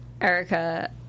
erica